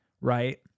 right